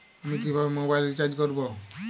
আমি কিভাবে mobile recharge করব?